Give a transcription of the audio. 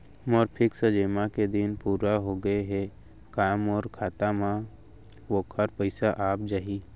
मोर fix जेमा के दिन पूरा होगे हे का मोर खाता म वोखर पइसा आप जाही?